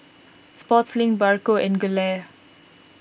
Sportslink Bargo and Gelare